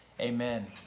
amen